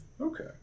Okay